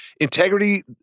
integrity